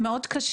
מאוד קשה.